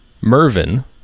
Mervin